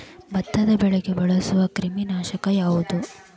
ಭತ್ತದ ಬೆಳೆಗೆ ಬಳಸುವ ಕ್ರಿಮಿ ನಾಶಕ ಯಾವುದು?